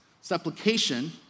Supplication